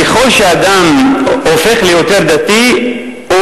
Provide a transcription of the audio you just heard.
ככל שאדם הופך ליותר דתי,